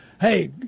Hey